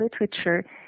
literature